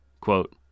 Quote